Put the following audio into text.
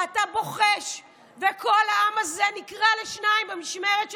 ואתה בוחש, וכל העם הזה נקרע לשניים במשמרת שלך.